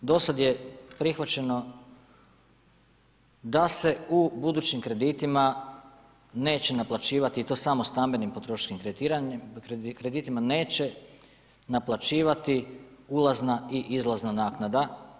Do sad je prihvaćeno da se u budućim kreditima neće naplaćivati i to samo stambenim potrošačkim kreditima neće naplaćivati ulazna i izlazna naknada.